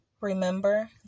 remember